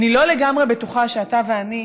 אני לא לגמרי בטוחה שאתה ואני,